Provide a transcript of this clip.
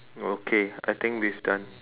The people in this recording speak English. okay I think this is done